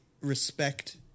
respect